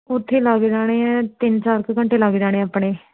ਉੱਥੇ ਲੱਗ ਜਾਣੇ ਆ ਤਿੰਨ ਚਾਰ ਕੁ ਘੰਟੇ ਲੱਗ ਜਾਣੇ ਆਪਣੇ